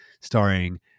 starring